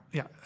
ja